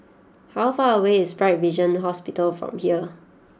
how far away is Bright Vision Hospital from here